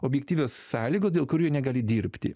objektyvios sąlygos dėl kurių negali dirbti